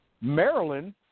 Maryland